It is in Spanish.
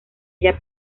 ella